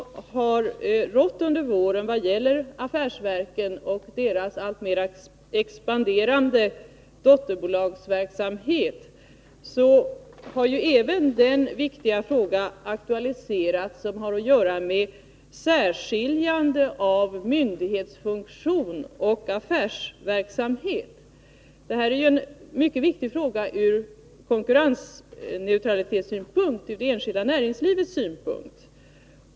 I diskussionen under våren om affärsverken och deras alltmer expanderande dotterbolagsverksamhet har även den viktiga fråga aktualiserats som har att göra med särskiljande av myndighetsfunktion och affärsverksamhet. Det här är en för det enskilda näringslivet mycket viktig fråga från konkurrensneutralitetssynpunkt.